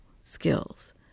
skills